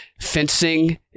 fencing